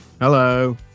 Hello